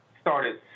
started